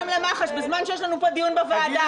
למח"ש בזמן שיש לנו פה דיון בוועדה.